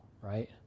right